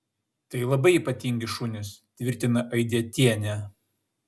tai labai ypatingi šunys tvirtina aidietienė